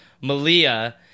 Malia